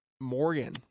Morgan